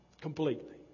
completely